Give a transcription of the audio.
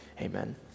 Amen